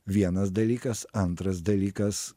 vienas dalykas antras dalykas